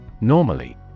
Normally